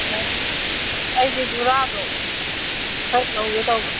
ꯑꯣ ꯑꯩꯁꯦ ꯖꯨꯔꯥꯗꯣ ꯈꯔ ꯂꯧꯒꯦ ꯇꯧꯕ